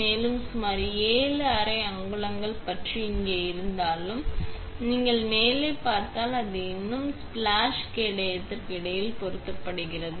மேலும் அது சுமார் 7 அரை அங்குலங்கள் பற்றி இங்கே இருந்தாலும் நீங்கள் மேலே பார்த்தால் அது இன்னும் ஸ்பிளாஸ் கேடயத்திற்கு இடையில் பொருந்துகிறது